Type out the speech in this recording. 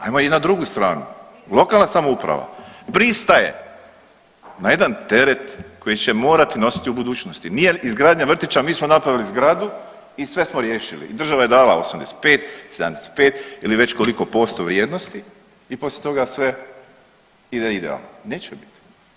Ajmo i na drugu stranu, lokalna samouprava pristaje na jedan teret koji će morati nositi u budućnosti, nije izgradnja vrtića mi smo napravili zgradu i sve smo riješili, država je dala 85, 75 ili već koliko posto vrijednosti i poslije toga sve ide idealno, neće biti.